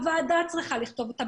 הוועדה צריכה לכתוב אותם,